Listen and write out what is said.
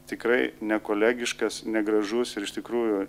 tikrai nekolegiškas negražus ir iš tikrųjų